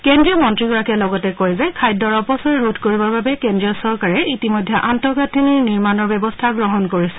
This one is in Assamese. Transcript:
কেন্দ্ৰীয় মন্ত্ৰীগৰাকীয়ে লগতে কয় যে খাদ্যৰ অপচয় ৰোধ কৰিবৰ বাবে কেন্দ্ৰীয় চৰকাৰে ইতিমধ্যে আন্তঃগাঁথনিৰ নিৰ্মাণৰ ব্যৱস্থা গ্ৰহণ কৰিছে